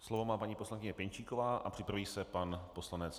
Slovo má paní poslankyně Pěnčíková a připraví se pan poslanec Hovorka.